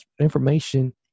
information